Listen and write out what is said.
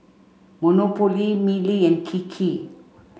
Monopoly Mili and Kiki